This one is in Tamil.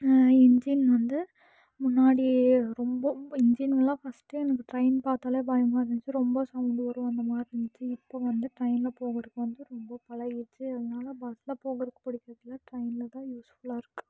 இன்ஜின் வந்து முன்னாடி ரொம்ப இன்ஜின்லாம் ஃபஸ்ட்டு எனக்கு டிரெயின் பார்த்தாலே பயமாக இருந்துச்சு ரொம்ப சவுண்ட் வரும் அந்த மாதிரி இருந்துச்சு இப்போ வந்து டிரெயினில் போகறதுக்கு வந்து ரொம்ப பழகிடுச்சு அதனால பஸ்ஸில் போகிறதுக்கு பிடிக்கிறது இல்லை ட்ரெயினில் தான் யூஸ்ஃபுல்லாக இருக்கு